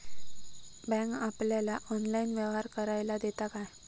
Bank आपल्याला online व्यवहार करायला देता काय?